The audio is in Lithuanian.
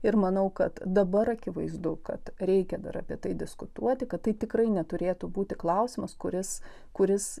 ir manau kad dabar akivaizdu kad reikia dar apie tai diskutuoti kad tai tikrai neturėtų būti klausimas kuris kuris